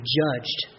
judged